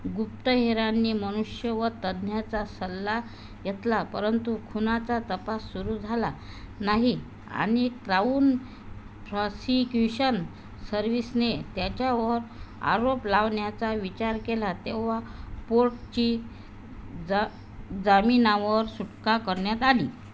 गुप्तहेरांनी मनुष्यवध तज्ज्ञाचा सल्ला घेतला परंतु खुनाचा तपास सुरू झाला नाही आणि क्राउन प्रॉसिक्यूशन सर्व्हिसने त्याच्यावर आरोप लावण्याचा विचार केला तेव्हा पोर्टची जा जामिनावर सुटका करण्यात आली